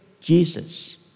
Jesus